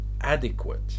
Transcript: adequate